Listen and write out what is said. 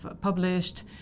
published